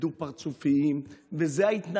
איך שהוא